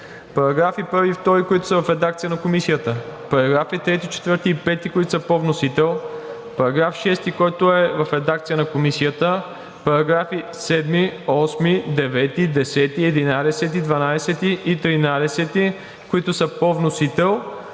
параграфи 1 и 2, които са в редакция на Комисията; параграфи 3, 4 и 5, които са по вносител; § 6, който е в редакция на Комисията; параграфи 7, 8, 9, 10, 11, 12 и 13, които са по вносител;